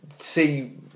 see